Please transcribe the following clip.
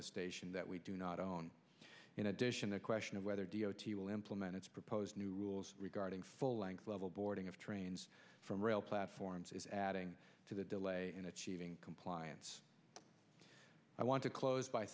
the station that we do not own in addition the question of whether d o t will implement its proposed new rules regarding full length level boarding of trains from rail platforms is adding to the delay in achieving compliance i want to close by